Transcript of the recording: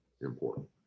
important